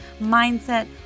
mindset